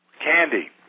candy